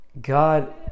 god